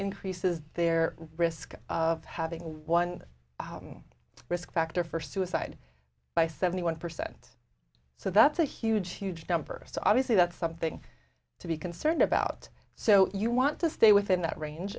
increases their risk of having one risk factor for suicide by seventy one percent so that's a huge huge number so obviously that's something to be concerned about so you want to stay within that range